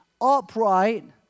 upright